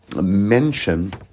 mention